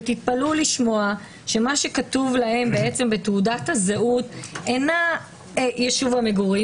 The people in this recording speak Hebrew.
תתפלאו לשמוע שמה שכתוב להם בתעודת הזהות אינו יישוב המגורים